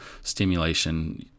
stimulation